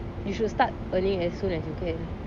you should start earning as soon as you can